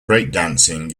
breakdancing